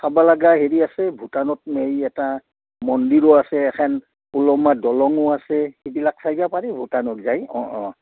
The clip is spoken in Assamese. চাব লগা হেৰি আছে ভূটানত হেৰি এটা মন্দিৰো আছে এখেন ওলমা দলঙো আছে সেইবিলাক জাইগা পাৰি ভূটানত যাই অঁ অঁ